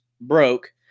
broke